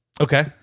Okay